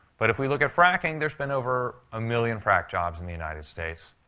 but if we look at fracking, there's been over a million frac jobs in the united states,